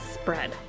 spread